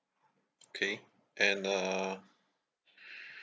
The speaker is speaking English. okay and uh